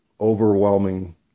overwhelming